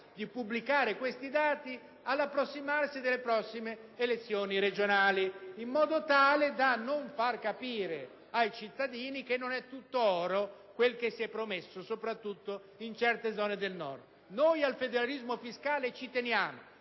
di pubblicare tali dati all'approssimarsi delle prossime elezioni regionali, in modo tale da non far capire ai cittadini che non è tutto oro quello che si è promesso, soprattutto in certe zone del Nord. Noi al federalismo fiscale ci teniamo.